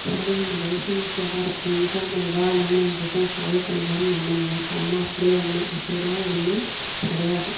இந்தமாதிரி நம்ம லைஃபையும் ஈஸியாக தான் இருக்கும் ஈஸியாக நம்ம ஏதாக இருந்தாலும் நம்ம பிரச்சனை சால்வ் பண்ணிடலாம் நம்ம நினைப்போம் ஆனால் அப்படி நம்ம அப்படிலாம் எதுவுமே கிடையாது